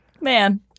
man